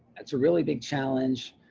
that's a really big challenge.